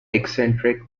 eccentric